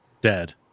dead